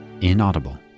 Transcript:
Inaudible